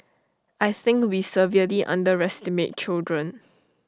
I think we severely underestimate children